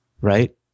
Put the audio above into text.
Right